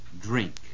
drink